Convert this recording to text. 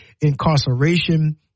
incarceration